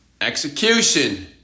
Execution